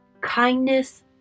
Kindness